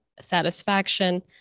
satisfaction